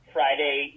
Friday